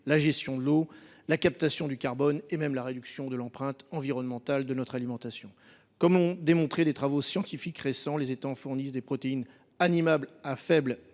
la gestion de l’eau, la captation du carbone et même la réduction de l’empreinte environnementale de notre alimentation. Comme l’ont démontré des travaux scientifiques récents, les étangs fournissent des protéines animales à faibles